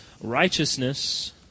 righteousness